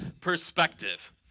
perspective